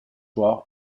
soir